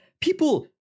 people